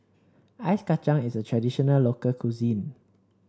Ice Kachang is a traditional local cuisine